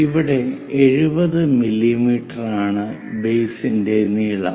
ഇവിടെ 70 മില്ലീമീറ്ററാണ് ബേസിന്റെ നീളം